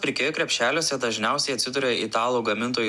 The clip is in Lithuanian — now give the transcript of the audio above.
pirkėjų krepšeliuose dažniausiai atsiduria italų gamintojų